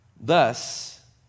Thus